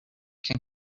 can